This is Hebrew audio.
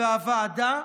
והוועדה,